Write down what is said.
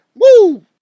Woo